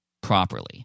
properly